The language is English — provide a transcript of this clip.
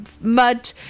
mud